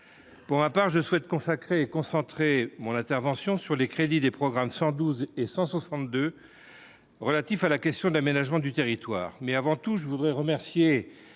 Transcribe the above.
pour ma part je souhaite consacrer concentrer mon intervention sur les crédits des programmes 112 et 162 relatifs à la question de l'aménagement du territoire,